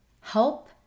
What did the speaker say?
help